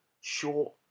short